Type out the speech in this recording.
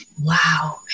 Wow